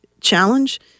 challenge